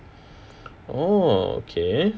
oh okay